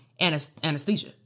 anesthesia